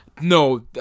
No